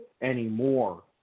anymore